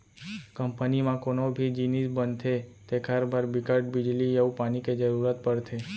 company म कोनो भी जिनिस बनथे तेखर बर बिकट बिजली अउ पानी के जरूरत परथे